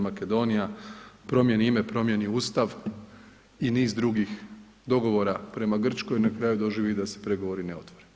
Makedonija promijeni ime, promijeni Ustav i niz drugih dogovora prema Grčkoj, na kraju doživi da se pregovori ne otvore.